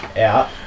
out